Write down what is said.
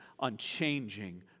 unchanging